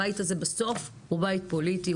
הבית הזה בסוף הוא בית פוליטי,